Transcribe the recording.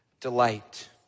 delight